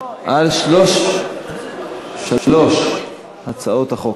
על שלוש הצעות החוק.